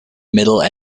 middle